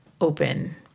open